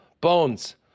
Bones